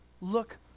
look